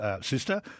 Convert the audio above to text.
sister